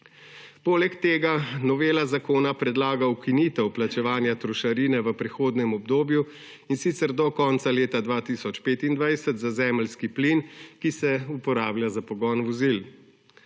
Poleg tega novela zakona predlaga ukinitev plačevanja trošarine v prehodnem obdobju in sicer do konca leta 2025 za zemeljski plin, ki se uporablja za pogon vozil.